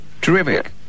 terrific